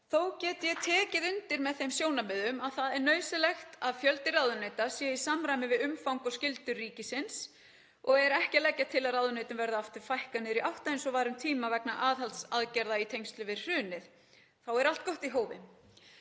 Þó get ég tekið undir með þeim sjónarmiðum að það er nauðsynlegt að fjöldi ráðuneyta sé í samræmi við umfang og skyldur ríkisins og er ekki að leggja til að ráðuneytum verði fækkað niður í átta eins og var um tíma vegna aðhaldsaðgerða í tengslum við hrunið. Allt er gott í hófi.